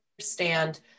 understand